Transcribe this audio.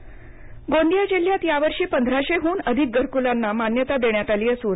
वाळू कारवाई गोंदिया जिल्ह्यात यावर्षी पंधराशेहून अधिक घरकुलांना मान्यता देण्यात आली असून